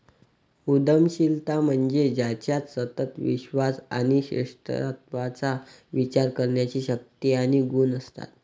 उद्यमशीलता म्हणजे ज्याच्यात सतत विश्वास आणि श्रेष्ठत्वाचा विचार करण्याची शक्ती आणि गुण असतात